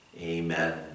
Amen